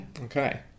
Okay